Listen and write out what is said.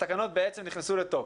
התקנות בעצם נכנסו לתוקף.